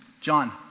John